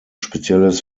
spezielles